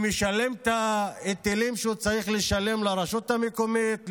והוא משלם את ההיטלים שהוא צריך לשלם לרשות המקומית,